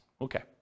Okay